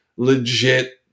legit